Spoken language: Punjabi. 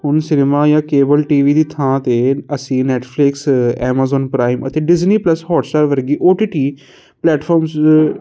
ਹੁਣ ਸਿਨੇਮਾਂ ਜਾਂ ਕੇਵਲ ਟੀ ਵੀ ਦੀ ਥਾਂ 'ਤੇ ਅਸੀਂ ਨੈਟਫਲਿਕਸ ਐਮਾਜ਼ੋਨ ਪ੍ਰਾਈਮ ਅਤੇ ਡਿਜਨੀ ਪਲੱਸ ਹੋਟ ਸਟਾਰ ਵਰਗੀ ਓ ਟੀ ਟੀ ਪਲੈਟਫਾਰਮਸ